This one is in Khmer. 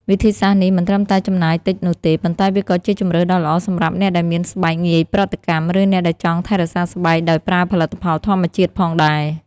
វិធីសាស្រ្តនេះមិនត្រឹមតែចំណាយតិចនោះទេ ប៉ុន្តែវាក៏ជាជម្រើសដ៏ល្អសម្រាប់អ្នកដែលមានស្បែកងាយប្រតិកម្ម ឬអ្នកដែលចង់ថែរក្សាស្បែកដោយប្រើផលិតផលធម្មជាតិផងដែរ។